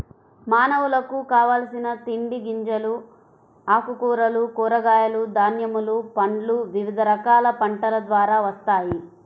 మానవులకు కావలసిన తిండి గింజలు, ఆకుకూరలు, కూరగాయలు, ధాన్యములు, పండ్లు వివిధ రకాల పంటల ద్వారా వస్తాయి